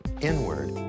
inward